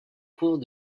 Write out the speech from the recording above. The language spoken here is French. cours